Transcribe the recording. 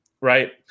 right